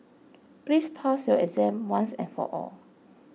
please pass your exam once and for all